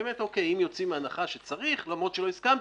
אם יוצאים מההנחה שצריך, למרות שלא הסכמתי,